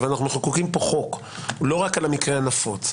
אבל אנחנו מחוקקים פה חוק לא רק על המקרה הנפוץ.